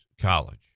college